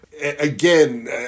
again